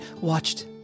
watched